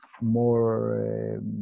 more